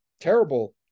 Terrible